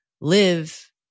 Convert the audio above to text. live